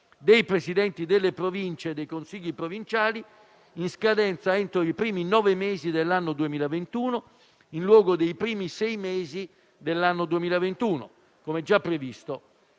dei presidenti delle Province e dei consigli provinciali in scadenza entro i primi nove mesi dell'anno 2021, in luogo dei primi sei mesi dell'anno 2021, come già previsto: